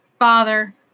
Father